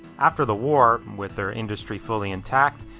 after the war, with their industry fully intact,